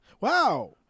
Wow